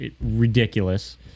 ridiculous